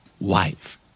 Wife